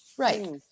Right